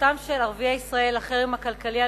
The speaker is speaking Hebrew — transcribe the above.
הצטרפותם של ערביי ישראל לחרם הכלכלי על